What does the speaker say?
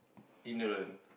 ignorant